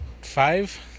five